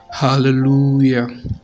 Hallelujah